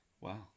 Wow